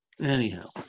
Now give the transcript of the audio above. anyhow